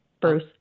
Bruce